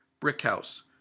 Brickhouse